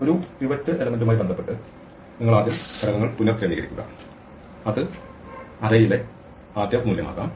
ഒരു പിവറ്റ് ഘടകവുമായി ബന്ധപ്പെട്ട് നിങ്ങൾ ആദ്യം ഘടകങ്ങൾ പുനക്രമീകരിക്കുക അത് അറേയിലെ ആദ്യ മൂല്യം ആകാം